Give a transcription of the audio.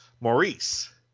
Maurice